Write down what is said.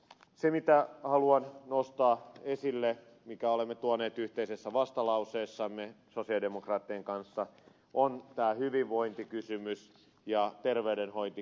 se mitä haluan nostaa esille minkä olemme tuoneet yhteisessä vastalauseessamme sosialidemokraattien kanssa on tämä hyvinvointikysymys ja terveydenhoitokysymys